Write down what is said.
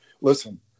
Listen